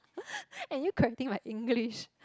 and you correcting my English